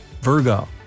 Virgo